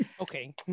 Okay